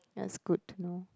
that's good to know